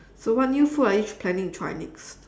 so what new food are you planning to try next